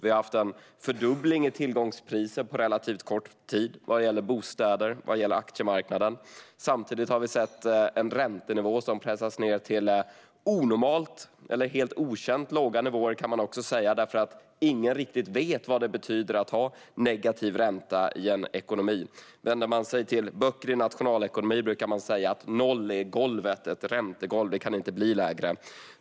Det har varit en fördubbling av tillgångspriser på relativt kort tid när det gäller bostäder och aktiemarknaden. Samtidigt har vi sett en räntenivå som pressats ned till onormalt eller helt okänt låga nivåer. Ingen vet riktigt vad det betyder att ha negativ ränta i en ekonomi. I böcker om nationalekonomi brukar man säga att noll är räntegolvet, räntan kan inte bli lägre.